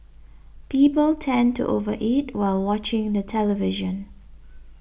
people tend to over eat while watching the television